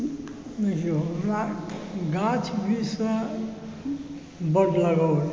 देखिऔ हमरा गाछ वृक्षसॅं बड लगाव अइ